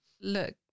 look